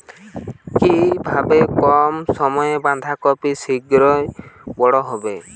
কিভাবে কম সময়ে বাঁধাকপি শিঘ্র বড় হবে?